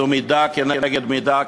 זו מידה כנגד מידה,